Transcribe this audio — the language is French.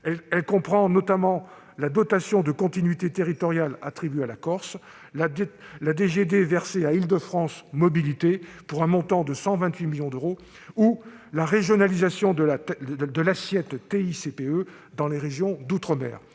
Elle comprend notamment la dotation de continuité territoriale (DCT) attribuée à la Corse, la DGD versée à Île-de-France Mobilités, pour un montant de 128 millions d'euros, ou la régionalisation de l'assiette de TICPE (taxe intérieure de